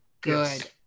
Good